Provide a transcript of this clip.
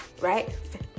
Right